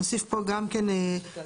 נוסיף פה גם כן בזיקה,